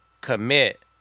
commit